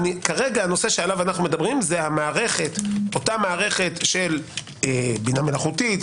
כרגע הנושא שעליו אנו מדברים זה אותה מערכת של בינה מלאכותית,